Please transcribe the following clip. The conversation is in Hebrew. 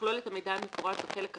שיכלול את המידע המפורט בחלק I,